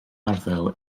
arddel